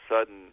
sudden